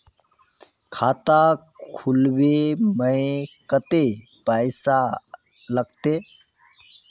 खाता खोलबे में कते पैसा लगते?